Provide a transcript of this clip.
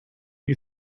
you